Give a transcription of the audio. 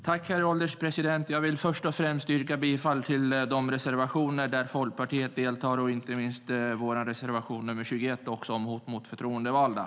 Herr ålderspresident! Jag vill först och främst yrka bifall till de reservationer där Folkpartiet finns med och inte minst vår reservation 21 om hot mot förtroendevalda.